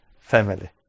family